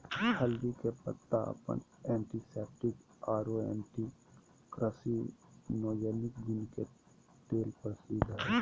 हल्दी के पत्ता अपन एंटीसेप्टिक आरो एंटी कार्सिनोजेनिक गुण के लेल प्रसिद्ध हई